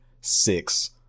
six